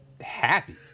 happy